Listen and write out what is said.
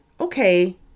okay